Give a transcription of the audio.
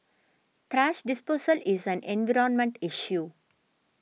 thrash disposal is an environmental issue